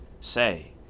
Say